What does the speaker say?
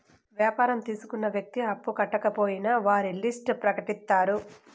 వ్యాపారం తీసుకున్న వ్యక్తి అప్పు కట్టకపోయినా వారి లిస్ట్ ప్రకటిత్తారు